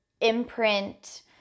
imprint